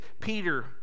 Peter